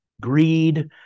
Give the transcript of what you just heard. greed